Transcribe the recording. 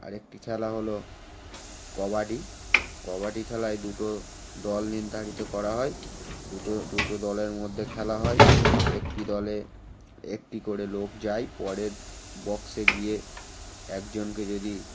আরেকটি খেলা হলো কবাডি কবাডি খেলায় দুটো দল নির্ধারিত করা হয় দুতো দুটো দলের মধ্যে খেলা হয় একটি দলে একটি করে লোক যায় পরের বক্সে গিয়ে একজনকে যদি